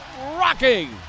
rocking